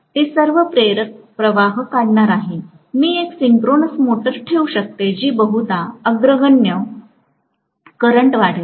ते सर्व प्रेरक प्रवाह काढणार आहेत मी एक सिंक्रोनस मोटर ठेवू शकते जी बहुधा अग्रगण्य करंट काढेल